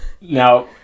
now